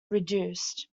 reduced